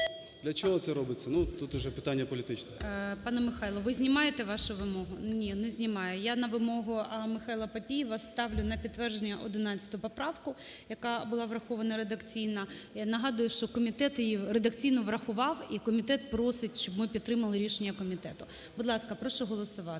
Для чого це робиться? Ну, тут уже питання політичне. ГОЛОВУЮЧИЙ. Пане Михайло, ви знімаєте вашу вимогу? Ні, не знімає. Я на вимогу Михайла Папієва ставлю на підтвердження 11 поправку, яка була врахована редакційно. Я нагадую, що комітет її редакційно врахував і комітет просить, щоб ми підтримали рішення комітету. Будь ласка, прошу голосувати.